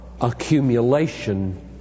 accumulation